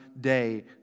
day